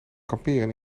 kamperen